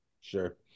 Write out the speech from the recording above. Sure